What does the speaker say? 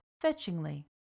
fetchingly